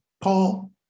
Paul